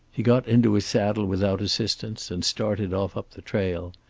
he got into his saddle without assistance and started off up the trail.